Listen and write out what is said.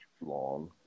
long